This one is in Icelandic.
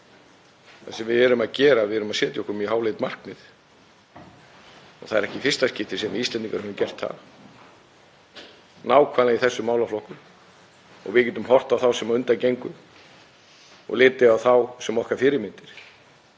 Það sem við erum að gera er að við erum að setja okkur mjög háleit markmið. Það er ekki í fyrsta skipti sem við Íslendingar höfum gert það, nákvæmlega í þessum málaflokkum. Við getum horft á þá sem á undan gengu og litið á þá sem okkar fyrirmyndir.